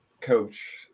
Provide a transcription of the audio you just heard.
coach